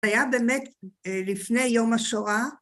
זה היה באמת לפני יום השואה.